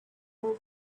more